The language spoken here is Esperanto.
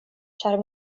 ĉar